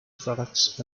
products